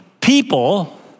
people